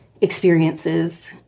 experiences